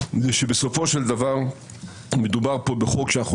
שבסופו של דבר מדובר פה בחוק שאנחנו